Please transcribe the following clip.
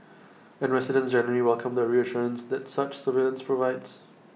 and residents generally welcome the reassurance that such surveillance provides